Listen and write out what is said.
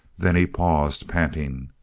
then he paused, panting.